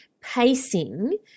pacing